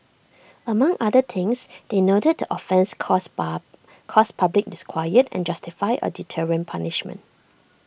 among other things they noted the offence caused pub caused public disquiet and justified A deterrent punishment